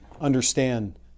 understand